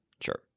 Sure